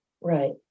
Right